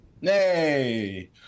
Nay